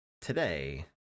Today